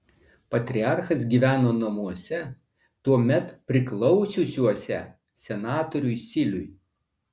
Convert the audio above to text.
patriarchas gyveno namuose tuomet priklausiusiuose senatoriui siliui